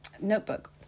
notebook